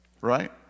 Right